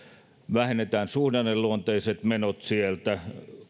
vähennetään suhdanneluonteiset menot sieltä